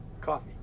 Coffee